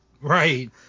Right